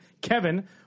Kevin